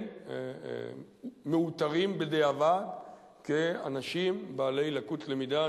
מאותרים בדיעבד כאנשים בעלי לקות למידה,